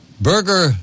burger